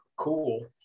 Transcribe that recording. Cool